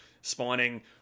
spawning